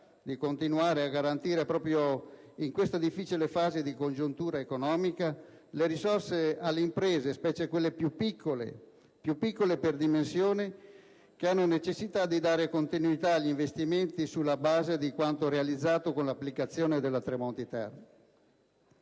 di continuare a garantire, proprio in questa difficile fase di congiuntura economica, le risorse alle imprese, specie quelle più piccole per dimensione, che hanno necessità di dare continuità agli investimenti sulla base di quanto realizzato con l'applicazione della cosiddetta